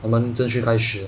我们正式开始